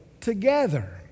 together